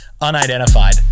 unidentified